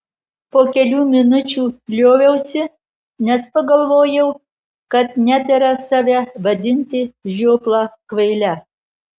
po kelių minučių lioviausi nes pagalvojau kad nedera save vadinti žiopla kvaile